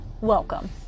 welcome